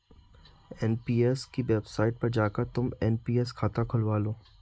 NPS की website पर जाकर तुम एन.पी.एस खाता खुलवा लो